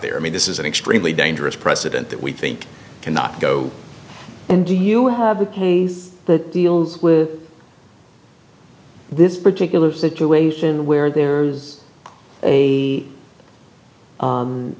there i mean this is an extremely dangerous precedent that we think cannot go and do you have a case that deals with this particular situation where there is a